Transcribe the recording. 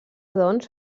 doncs